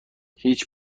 هیچ